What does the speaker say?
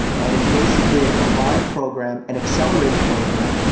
and it's basically a combined program, an accelerated program,